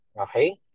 okay